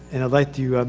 and i'd like to,